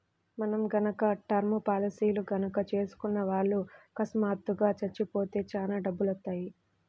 మనం గనక టర్మ్ పాలసీలు గనక చేసుకున్న వాళ్ళు అకస్మాత్తుగా చచ్చిపోతే చానా డబ్బులొత్తయ్యి